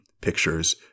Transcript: pictures